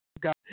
God